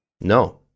No